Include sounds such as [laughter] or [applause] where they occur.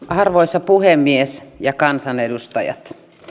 [unintelligible] arvoisa puhemies kansanedustajat